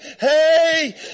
hey